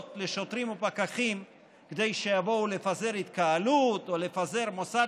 לשוטרים ופקחים כדי שיבואו לפזר התקהלות או לפזר מוסד